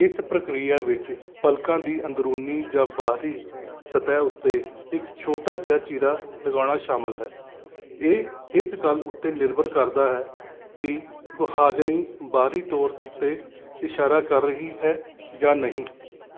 ਇਸ ਪ੍ਰਕਿਰਿਆ ਵਿੱਚ ਪਲਕਾਂ ਦੀ ਅੰਦਰੂਨੀ ਜਾਂ ਬਾਹਰੀ ਸਤਹਿ ਉੱਤੇ ਇੱਕ ਛੋਟਾ ਜਿਹਾ ਚੀਰਾ ਲਗਾਉਣਾ ਸ਼ਾਮਲ ਹੈ ਇਹ ਇਸ ਗੱਲ ਉੱਤੇ ਨਿਰਭਰ ਕਰਦਾ ਹੈ ਕਿ ਗੁਹਾਜਨੀ ਬਾਹਰੀ ਤੌਰ ਉੱਤੇ ਇਸ਼ਾਰਾ ਕਰ ਰਹੀ ਹੈ ਜਾਂ ਨਹੀਂ